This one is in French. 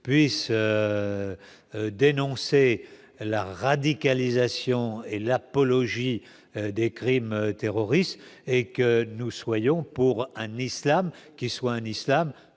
puisse dénoncer la radicalisation et l'apologie des crimes terroristes et que nous soyons pour un Islam qui soit un Islam